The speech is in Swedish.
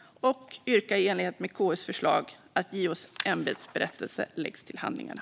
Jag yrkar i enlighet med KU:s förslag på att JO:s ämbetsberättelse läggs till handlingarna.